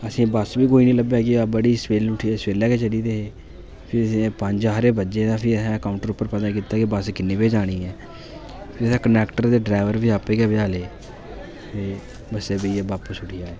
असेंगी बस्स बी कोई निं लब्भा दी बड़ी सबेल उठी सबेला गै चली दे हे फ्ही असें पंज हारे बज्जे फ्ही असें काऊंटर उप्पर पता कीता कि बस्स किन्ने बजे जानी ऐ फ्ही असें कंडक्टर ते ड्ररैवर बी आपे गै बजाले ते बस्सै च बेहियै वापस उठी आए